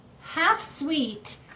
half-sweet